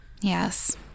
Yes